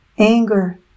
Anger